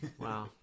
Wow